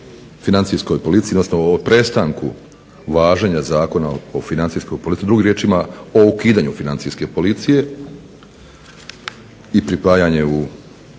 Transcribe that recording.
Financijskoj posliciji odnosno o prestanku važenja Zakona o Financijskoj policiji, drugim riječima o ukidanju Financijske policije i pripajanje u